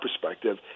perspective